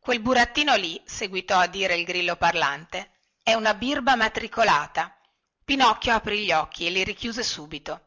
quel burattino lì seguitò a dire il grillo parlante è una birba matricolata pinocchio aprì gli occhi e li richiuse subito